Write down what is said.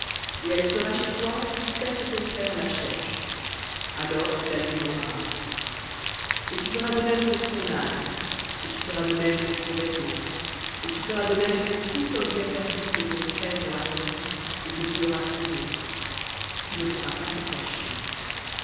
et elle sera chez toi jusqu'à ce que ton frère la cherche alors tu la lui rendras et tu feras de même pour son âne et tu feras de même pour son vêtement et tu feras de même pour tout objet perdu que ton frère aura perdu et que tu auras trouvé tu ne pourras pas te cacher